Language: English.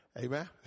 Amen